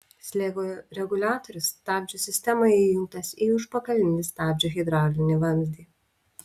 slėgio reguliatorius stabdžių sistemoje įjungtas į užpakalinį stabdžio hidraulinį vamzdį